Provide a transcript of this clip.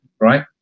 Right